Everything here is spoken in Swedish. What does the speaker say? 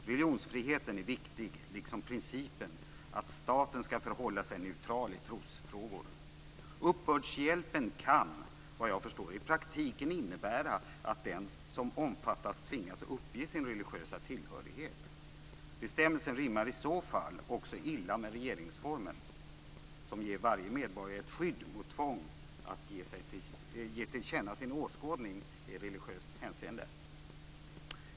Religionsfriheten är viktig, liksom principen att staten skall förhålla sig neutral i trosfrågor. Uppbördshjälpen kan, såvitt jag förstår, i praktiken innebära att den som omfattas tvingas uppge sin religiösa tillhörighet. Bestämmelsen rimmar i så fall också illa med regeringsformen, som ger varje medborgare ett skydd mot tvång att ge till känna sin åskådning i religiöst hänseende.